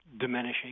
diminishing